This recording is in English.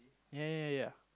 area